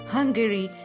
Hungary